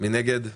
מי נגד?